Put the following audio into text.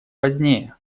позднее